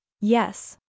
Yes